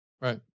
right